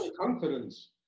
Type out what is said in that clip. confidence